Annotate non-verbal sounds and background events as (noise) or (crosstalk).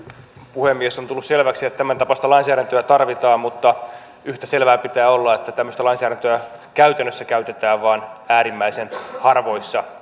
puhemies on tullut selväksi että tämäntapaista lainsäädäntöä tarvitaan mutta yhtä selvää pitää olla että tämmöistä lainsäädäntöä käytännössä käytetään vain äärimmäisen harvoissa (unintelligible)